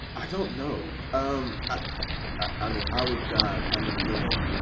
i don't know. um ah i i mean, i would god. i mean, again,